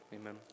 amen